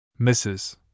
Mrs